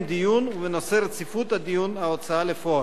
של רשם ההוצאה לפועל לסיים דיון ובנושא רציפות הדיון בהוצאה לפועל.